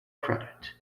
credit